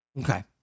Okay